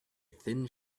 thin